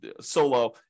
solo